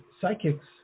psychics